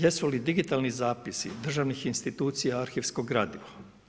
Jesu li digitalni zapisi državnih institucija arhivskog gradivo?